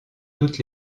toute